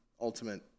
ultimate